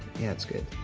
yeah it's good.